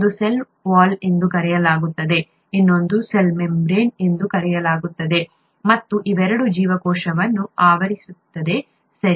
ಒಂದನ್ನು cell wall ಎಂದು ಕರೆಯಲಾಗುತ್ತದೆ ಇನ್ನೊಂದನ್ನು ಸೆಲ್ ಮೆಮ್ಬ್ರೇನ್ ಎಂದು ಕರೆಯಲಾಗುತ್ತದೆ ಮತ್ತು ಇವೆರಡೂ ಜೀವಕೋಶವನ್ನು ಆವರಿಸುತ್ತವೆ ಸರಿ